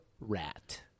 rat